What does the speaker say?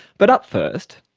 but up first,